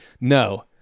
no